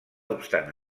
obstant